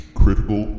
critical